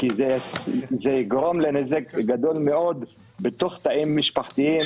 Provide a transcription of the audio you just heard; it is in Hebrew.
כי זה יגרום לנזק גדול מאוד בתוך תאים משפחתיים,